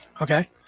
Okay